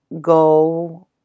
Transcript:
go